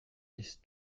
his